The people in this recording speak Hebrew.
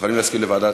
מוכנים להסכים לוועדת,